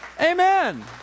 Amen